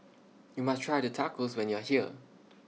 YOU must Try Tacos when YOU Are here